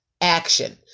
action